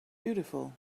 beautiful